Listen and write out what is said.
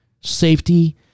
safety